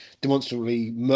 demonstrably